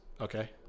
Okay